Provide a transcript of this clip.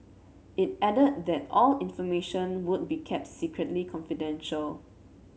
it added that all information would be kept strictly confidential